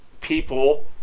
People